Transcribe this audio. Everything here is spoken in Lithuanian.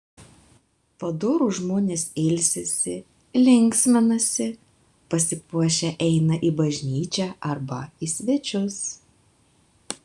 padorūs žmonės ilsisi linksminasi pasipuošę eina į bažnyčią arba į svečius